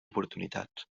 oportunitats